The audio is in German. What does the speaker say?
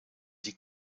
die